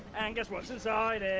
and guess what's inside it!